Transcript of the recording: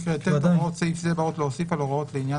הוראות סעיף זה באות להוסיף על הוראות לעניין